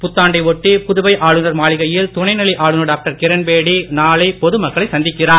புத்தாண்டை ஒட்டி புதுவை ஆளுநர் மாளிகையில் துணை நிலை ஆளுநர் டாக்டர் கிரண்பேடி நாளை பொது மக்களை சந்திக்கிறார்